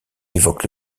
évoque